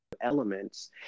elements